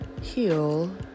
heal